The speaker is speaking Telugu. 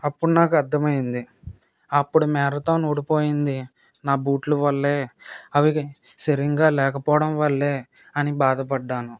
అప్పుడు నాకు అర్ధమైంది అప్పుడు మ్యారథాన్ ఓడిపోయింది నా బూట్ల వల్లే అవి సరింగా లేకపోవడం వల్లే అని బాధపడ్డాను